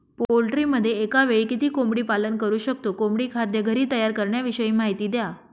पोल्ट्रीमध्ये एकावेळी किती कोंबडी पालन करु शकतो? कोंबडी खाद्य घरी तयार करण्याविषयी माहिती द्या